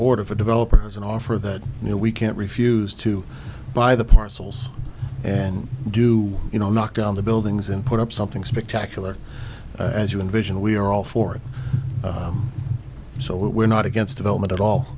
board if a developer has an offer that you know we can't refuse to buy the parcels and do you know knock on the buildings and put up something spectacular as you envision we are all for it so we're not against development at all